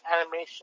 animation